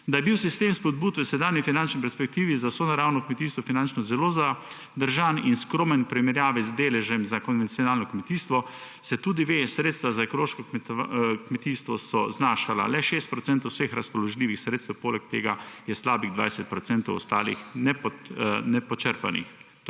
Da je bil sistem spodbud v sedanji finančni perspektivi za sonaravno kmetijstvo finančno zelo zadržan in skromen v primerjavi z deležem za konvencionalno kmetijstvo, se tudi ve. Sredstva za ekološko kmetijstvo so znašala le 6 procentov vseh razpoložljivih sredstev, poleg tega je slabih 20 procentov ostalih nepočrpanih.